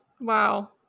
Wow